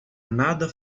nada